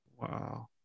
Wow